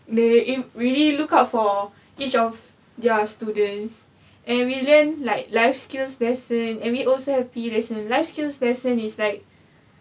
they really look out for each of their students and we learn like life skills lesson and we also have pre lesson life skills lesson is like